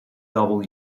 double